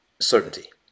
certainty